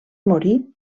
morir